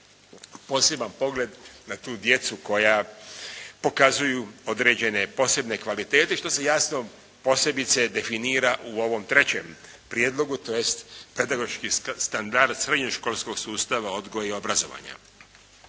poseban pogled na tu djecu koja pokazuju određene posebne kvalitete, što se jasno posebice definira u ovom trećem prijedlogu tj. pedagoški standard srednjoškolskog sustava odgoja i obrazovanja.